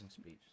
speech